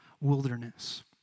wilderness